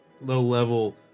low-level